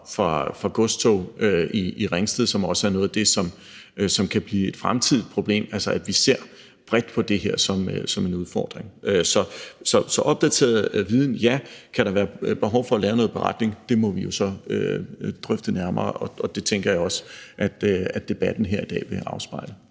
fra godstog i Ringsted, som også er noget af det, som kan blive et fremtidigt problem. Så vi ser altså bredt på det her som en udfordring. Så jeg er enig i, at vi skal have opdateret viden, og hvorvidt der kan være behov for at lave en beretning, må vi jo så drøfte nærmere, og det tænker jeg også at debatten her i dag vil afspejle.